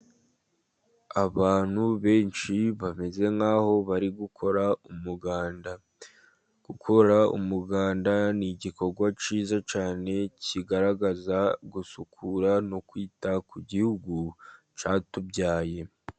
Abantu benshi bameze nk'aho bari gukora umuganda, gukora umuganda ni igikorwa cyiza cyane, kigaragaza gusukura no kwita ku gihugu cyatubyaye.